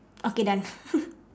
okay done